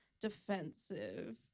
defensive